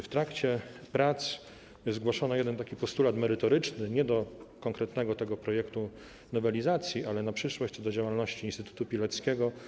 W trakcie prac zgłoszono jeden postulat merytoryczny - nie do tego konkretnego projektu nowelizacji, ale na przyszłość, do działalności Instytutu Pileckiego.